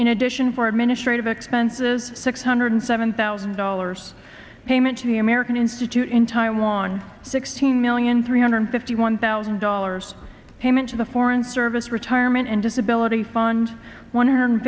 in addition for administrative expenses six hundred seven thousand dollars payment to the american institute in taiwan sixteen million three hundred fifty one thousand dollars payment to the foreign service retirement and disability fund one hundred